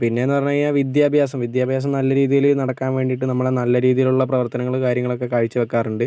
പിന്നെന്നു പറഞ്ഞ് കഴിഞ്ഞാൽ വിദ്യാഭ്യാസം വിദ്യാഭ്യാസം നല്ല രീതീല് നടക്കാൻവേണ്ടീട്ട് നമ്മള് നല്ല രീതീലുള്ള പ്രവർത്തനങ്ങളും കാര്യളൊക്കെ കാഴ്ച വെക്കാറിണ്ട്